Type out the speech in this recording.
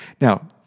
Now